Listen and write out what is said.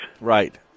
Right